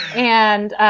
and,